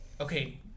Okay